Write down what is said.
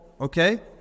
Okay